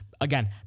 Again